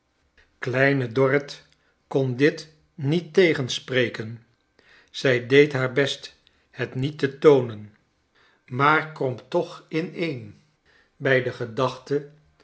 kleine dorrit kon dit niet tegenspreken zij deed haar best het niet te toonen maar kromp toch ineen bij de gedachte